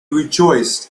rejoiced